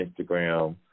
Instagram